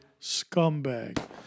scumbag